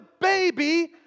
baby